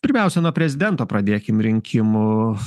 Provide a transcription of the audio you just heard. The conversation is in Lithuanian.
pirmiausia nuo prezidento pradėkim rinkimų